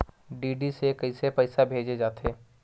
DD से कइसे पईसा भेजे जाथे?